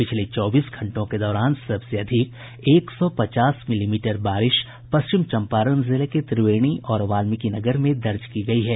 पिछले चौबीस घंटों के दौरान सबसे अधिक एक सौ पचास मिलीमीटर बारिश पश्चिम चम्पारण जिले के त्रिवेणी और वाल्मिकी नगर में दर्ज की गयी है